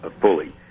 fully